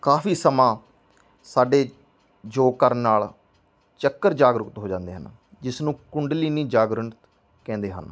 ਕਾਫੀ ਸਮਾਂ ਸਾਡੇ ਯੋਗ ਕਰਨ ਨਾਲ ਚੱਕਰ ਜਾਗਰੂਕਤ ਹੋ ਜਾਂਦੇ ਹਨ ਜਿਸ ਨੂੰ ਕੁੰਡਲੀਨੀ ਜਾਗਰਣ ਕਹਿੰਦੇ ਹਨ